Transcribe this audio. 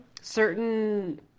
certain